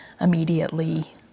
immediately